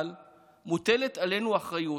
אבל מוטלת עלינו אחריות,